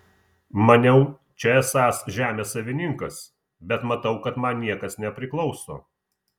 maniau čia esąs žemės savininkas bet matau kad man niekas nepriklauso